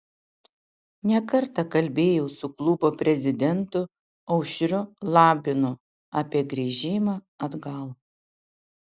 ne kartą kalbėjau su klubo prezidentu aušriu labinu apie grįžimą atgal